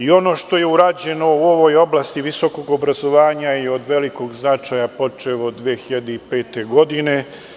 Ono što je urađeno u ovoj oblasti visokog obrazovanja je od velikog značaja počev od 2005. godine.